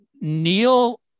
neil